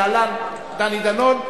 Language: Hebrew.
להלן: דני דנון,